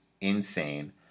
insane